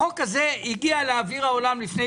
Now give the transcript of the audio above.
החוק הזה לא הגיע לאוויר העולם לפני